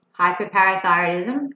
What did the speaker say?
hyperparathyroidism